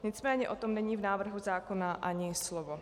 Nicméně o tom není v návrhu zákona ani slovo.